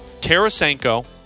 Tarasenko